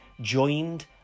joined